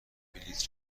بلیط